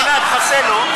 המדינה תכסה לו,